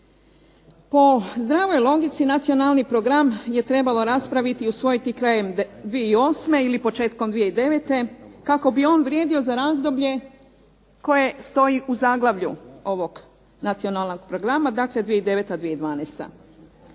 Po zdravoj logici Nacionalni program je trebalo raspraviti i usvojiti krajem 2008. ili početkom 2009. kako bi on vrijedio za razdoblje koje stoji u zaglavlju ovog Nacionalnog programa, dakle 2009.- 2012.